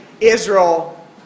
Israel